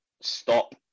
stop